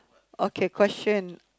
okay question